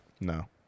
No